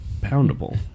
poundable